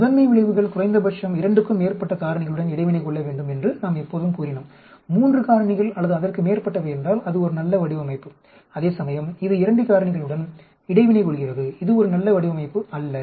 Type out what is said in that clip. முதன்மை விளைவுகள் குறைந்தபட்சம் 2 க்கும் மேற்பட்ட காரணிகளுடன் இடைவினை கொள்ள வேண்டும் என்று நாம் எப்போதும் கூறினோம் 3 காரணிகள் அல்லது அதற்கு மேற்பட்டவை என்றால் அது ஒரு நல்ல வடிவமைப்பு அதேசமயம் இது 2 காரணிகளுடன் இடைவினை கொள்கிறது இது ஒரு நல்ல வடிவமைப்பு அல்ல